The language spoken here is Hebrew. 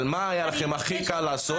אבל מה היה לכם הכי קל לעשות?